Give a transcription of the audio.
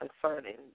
concerning